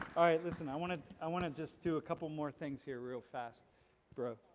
alright, listen. i want to, i want to just do a couple more things here real fast bro.